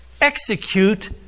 execute